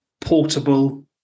portable